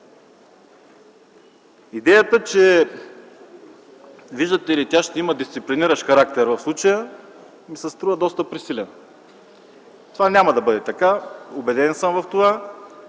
Идеята, че, виждате ли, тя ще има дисциплиниращ характер в случая, ми се струва доста пресилена. Няма да бъде така, убеден съм в това,